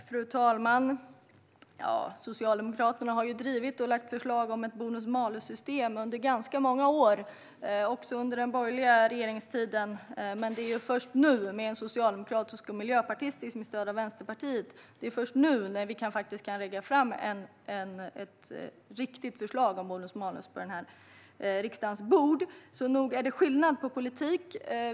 Fru talman! Socialdemokraterna har drivit och lagt förslag om ett bonus-malus-system under ganska många år, även under den borgerliga regeringstiden. Det är dock först nu med en socialdemokratisk och miljöpartistisk regering som vi med stöd av Vänsterpartiet kan lägga fram ett riktigt förslag om bonus-malus på riksdagens bord. Nog är det skillnad på politik.